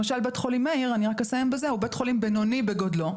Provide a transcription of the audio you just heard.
אני רק אסיים בזה: בית חולים מאיר הוא בית חולים בינוני בגודלו.